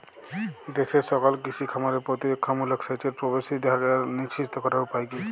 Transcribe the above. দেশের সকল কৃষি খামারে প্রতিরক্ষামূলক সেচের প্রবেশাধিকার নিশ্চিত করার উপায় কি?